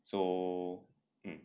so um